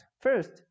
First